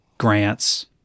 grants